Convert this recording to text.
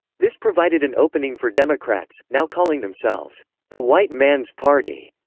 this provided an opening for democrats, now calling themselves the white man's party,